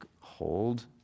hold